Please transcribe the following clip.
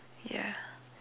ya